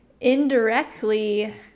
indirectly